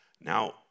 Now